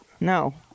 no